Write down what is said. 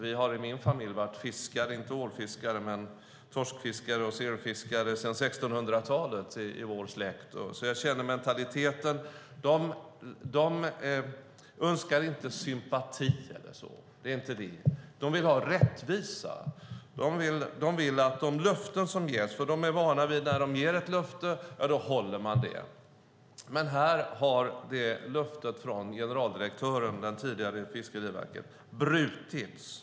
Vi har i min släkt varit fiskare, inte ålfiskare men torskfiskare och serumfiskare, sedan 1600-talet så jag känner mentaliteten. De önskar inte sympati. Det är inte det. De vill ha rättvisa. De vill att de löften som ges hålls, för de är vana vid att när de ger ett löfte håller de det. Men här har löftet från den tidigare generaldirektören vid Fiskeriverket brutits.